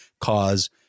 cause